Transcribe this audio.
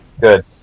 Good